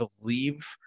believe